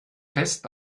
fest